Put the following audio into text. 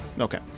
Okay